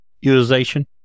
utilization